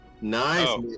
Nice